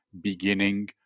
beginning